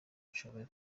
nshoboye